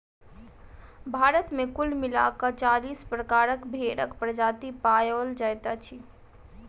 भारत मे कुल मिला क चालीस प्रकारक भेंड़क प्रजाति पाओल जाइत अछि